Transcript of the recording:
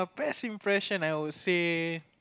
best impression I would say